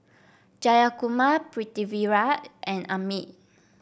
Jayakumar Pritiviraj and Amit